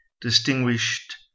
distinguished